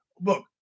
Look